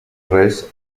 res